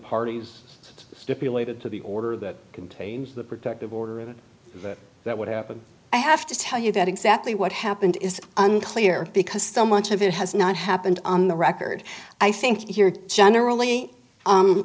parties stipulated to the order that contains the protective order that would happen i have to tell you that exactly what happened is unclear because so much of it has not happened on the record i think you're generally